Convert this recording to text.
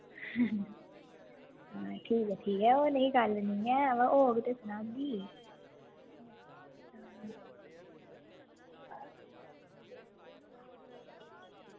ठीक ऐ ठीक ऐ बा ओह् नेईं गल्ल निं ऐ होग ते सनागी